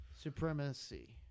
supremacy